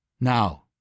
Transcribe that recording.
Now